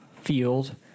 field